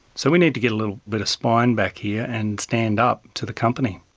so we need to get a little bit of spine back here and stand up to the company.